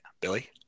Billy